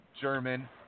German